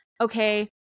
okay